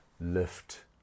lift